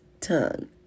tongue